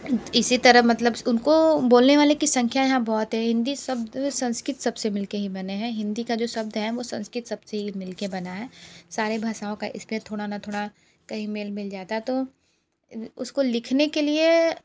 इसी तरह मतलब उनको बोलने वाले की संख्या यहाँ बहुत है हिंदी शब्द संस्कृत शब्द से मिलके ही बने हैं हिंदी का जो शब्द है वो संस्कृत शब्द से मिलके बना है सारे भाषाओं का इसलिए थोड़ा ना थोड़ा कहीं मेल मिल जाता तो उसको लिखने के लिए